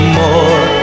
more